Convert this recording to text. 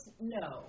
no